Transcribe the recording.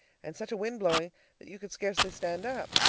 and such a wind blowing that you could scarcely stand up.